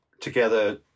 together